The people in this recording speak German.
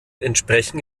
entsprechen